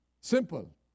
Simple